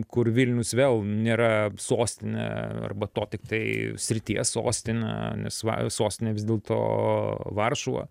kur vilnius vėl nėra sostinė arba to tiktai srities sostinė nes va sostinė vis dėlto varšuva